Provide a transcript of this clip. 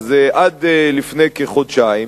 עד לפני כחודשיים,